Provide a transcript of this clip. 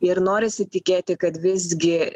ir norisi tikėti kad visgi